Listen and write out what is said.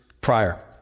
prior